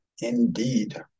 Indeed